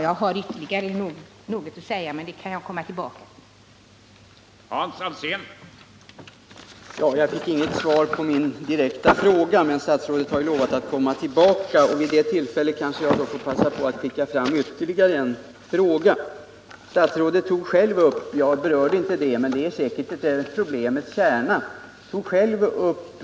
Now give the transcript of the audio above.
Jag har ytterligare något att säga, men det får jag komma tillbaka till, eftersom min taletid nu är slut.